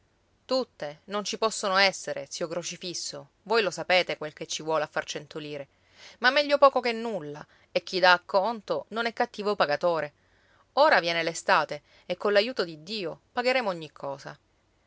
tutte non ci possono essere zio crocifisso voi lo sapete quel che ci vuole a far cento lire ma meglio poco che nulla e chi dà acconto non è cattivo pagatore ora viene l'estate e coll'aiuto di dio pagheremo ogni cosa